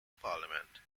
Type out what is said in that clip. parliament